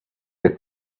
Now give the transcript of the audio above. get